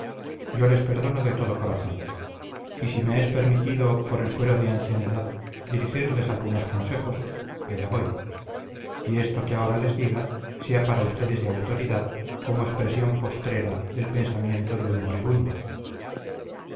yo les perdono de todo corazón y si me es permitido por el fuero de ancianidad dirigirles algunos consejos allá voy y esto que ahora les diga sea para ustedes de autoridad como expresión postrera del pensamiento de un moribundo